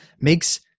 makes